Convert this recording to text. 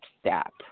step